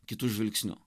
kitu žvilgsniu